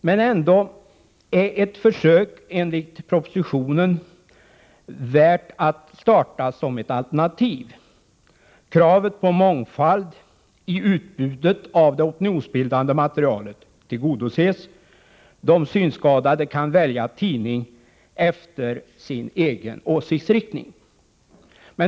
Men ändå är ett försök enligt propositionen värt att starta som ett alternativ. Kravet på mångfalld i utbudet av det opinionsbildande materialet tillgodoses. De synskadade kan välja tidning efter sin egen åsiktsriktning.